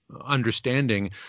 understanding